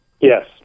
Yes